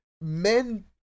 men